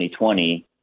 2020